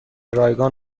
رایگان